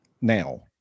now